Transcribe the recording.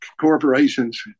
corporations